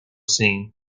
seen